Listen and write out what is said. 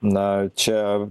na čia